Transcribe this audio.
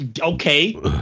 Okay